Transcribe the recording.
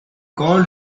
called